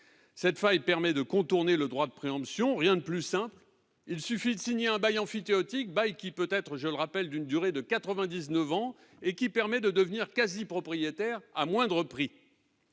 cette faille permet de contourner le droit de préemption, rien de plus simple, il suffit de signer un bail emphytéotique bail qui peut être, je le rappelle, d'une durée de 99 ans, et qui permet de devenir quasi propriétaire à moindre prix,